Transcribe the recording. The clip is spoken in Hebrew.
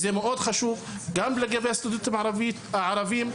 לפי דעתי גם לגבי הסטודנטים הערבים,